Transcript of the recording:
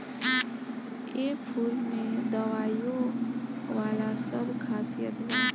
एह फूल में दवाईयो वाला सब खासियत बा